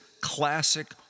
classic